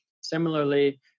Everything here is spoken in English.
similarly